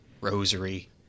rosary